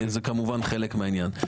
זה כמובן חלק מהעניין.